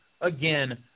again